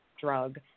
drug